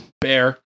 Bear